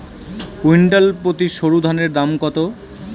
Quintal প্রতি সরুধানের দাম কত?